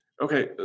Okay